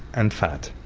and fat.